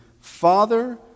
Father